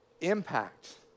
Impact